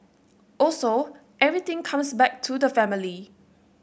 also everything comes back to the family